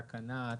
תקנה,